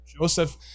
Joseph